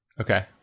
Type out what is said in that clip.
Okay